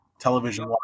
television